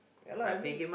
ya lah I mean